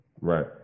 Right